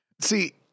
See